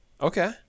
Okay